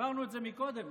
ביררנו את זה קודם.